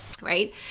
right